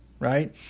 right